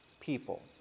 people